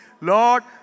Lord